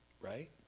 right